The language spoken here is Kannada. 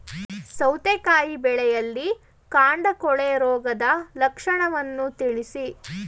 ಸೌತೆಕಾಯಿ ಬೆಳೆಯಲ್ಲಿ ಕಾಂಡ ಕೊಳೆ ರೋಗದ ಲಕ್ಷಣವನ್ನು ತಿಳಿಸಿ?